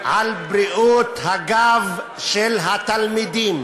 והיא לשמור על בריאות הגב של התלמידים.